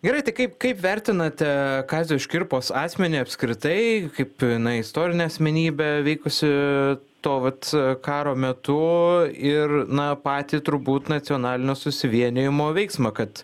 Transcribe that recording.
gerai tai kaip kaip vertinate kazio škirpos asmenį apskritai kaip jinai istorinė asmenybė veikusi to vat karo metu ir na patį turbūt nacionalinio susivienijimo veiksmą kad